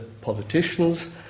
politicians